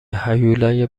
هیولای